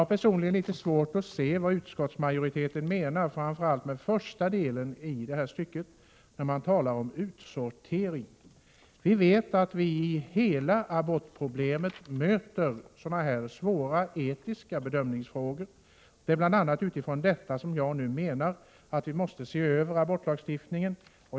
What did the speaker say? Personligen har jag svårt att se vad utskottsmajoriteten menar, framför allt med den första delen i detta stycke, där man talar om utsortering. Vi vet att vi i abortproblemet möter sådana här svåra etiska bedömningsfrågor. Det är bl.a. utifrån detta som jag menar att vi måste se över abortlagstiftningen.